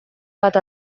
bat